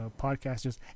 podcasters